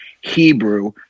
hebrew